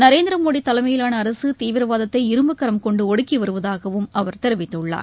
நரேந்திர மோடி தலைமையிலான அரசு தீவிரவாதத்தை இரும்புக்கரம் னெண்டு ஒடுக்கி வருவதாகவும் அவர் தெரிவித்துள்ளார்